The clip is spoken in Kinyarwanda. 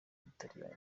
butaliyani